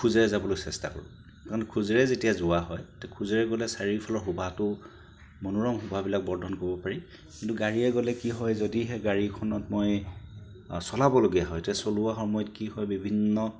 খোজেৰে যাবলৈ চেষ্টা কৰোঁ কাৰণ খোজেৰে যেতিয়া যোৱা হয় খোজেৰে গ'লে চাৰিওফালৰ শোভাটো মনোৰম শোভাবিলাক বৰ্ধন কৰিব পাৰি কিন্তু গাড়ীৰে গ'লে কি হয় যদিহে গাড়ীখনত মই চলাবলগীয়া হয় তেতিয়া চলোৱা সময়ত কি হয় বিভিন্ন